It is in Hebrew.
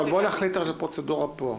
אבל בוא נחליט על פרוצדורה פה.